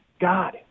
God